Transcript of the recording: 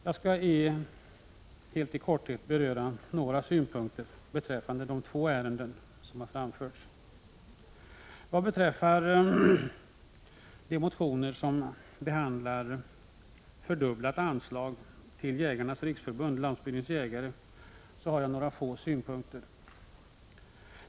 Jag skall i all korthet framföra några synpunkter beträffande de två ärenden som berörs. Vad beträffar de motioner som handlar om fördubblat anslag till Jägarnas riksförbund-Landsbygdens jägare har jag några synpunkter.